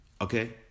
Okay